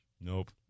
Nope